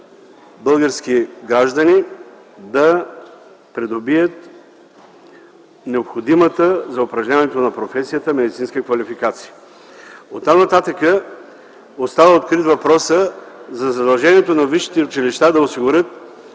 български граждани да придобие необходимата за упражняването на професията медицинска квалификация. Оттам-нататък остава открит въпроса за задължението на висшите училища да осигурят